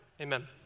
amen